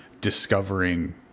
discovering